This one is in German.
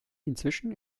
inzwischen